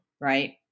right